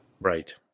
Right